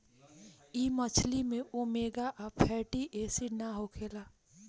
इ मछरी में ओमेगा आ फैटी एसिड ना होखेला